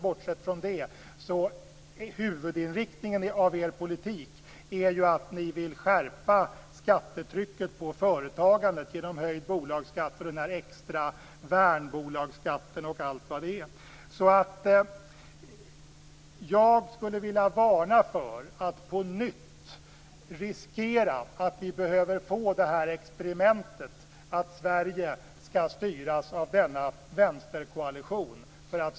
Bortsett från det är ju huvudinriktningen av er politik att ni vill skärpa skattetrycket på företagandet genom höjd bolagsskatt, den extra värnbolagsskatten och allt vad det nu är. Jag skulle vilja varna för att på nytt riskera att vi får det här experimentet, att Sverige skall styras av denna vänsterkoalition.